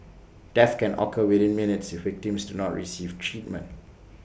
death can occur within minutes if victims do not receive treatment